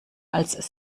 als